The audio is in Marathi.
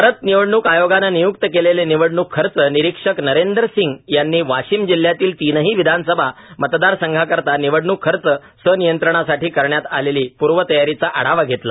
भारत निवडणूक आयोगाने नियुक्त केलेले निवडणूक खर्च निरीक्षक नरेंदर सिंग यांनी वाशीम जिल्ह्यातील तीनही विधानसभा मतदारसंघांकारिता निवडणूक खर्च संनियंत्रणसाठी करण्यात आलेली पूर्वतयारीचा आढावा धेतला